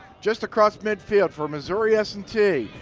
just across midfield for missouri s and t.